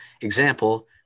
example